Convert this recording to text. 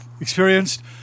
experienced